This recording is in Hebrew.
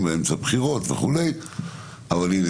אבל הנה,